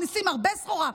מכניסים הרבה סחורה.